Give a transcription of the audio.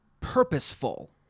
purposeful